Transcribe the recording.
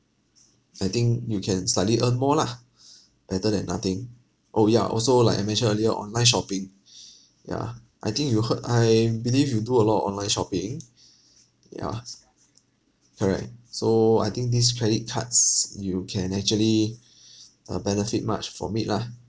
I think you can slightly earn more lah better than nothing oh ya also like I mentioned earlier online shopping yeah I think you heard I believe you do a lot of online shopping yeah correct so I think these credit cards you can actually uh benefit much from it lah